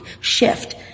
shift